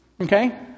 Okay